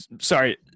sorry